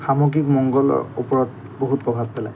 সামগ্ৰিক মংগলৰ ওপৰত বহুত প্ৰভাৱ পেলায়